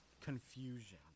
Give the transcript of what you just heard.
confusion